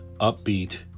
upbeat